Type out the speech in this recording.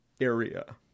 area